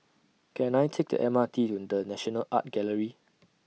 Can I Take The M R T to The National Art Gallery